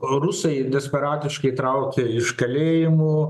rusai desperatiškai traukia iš kalėjimų